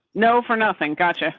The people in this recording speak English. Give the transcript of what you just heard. no, for nothing. gotcha.